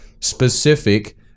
specific